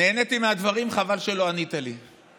נהניתי מהדברים, חבל שלא ענית לי.